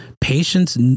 Patients